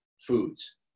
foods